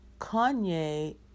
Kanye